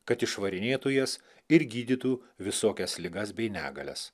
kad išvarinėtų jas ir gydytų visokias ligas bei negalias